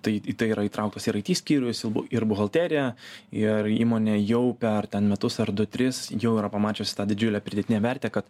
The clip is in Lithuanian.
tai į tai yra įtrauktas ir aity skyrus ir buhalterija ir įmonė jau per ten metus ar du tris jau yra pamačiusi tą didžiulę pridėtinę vertę kad